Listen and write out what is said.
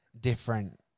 different